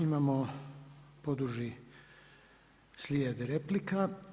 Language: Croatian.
Imamo poduži slijed replika.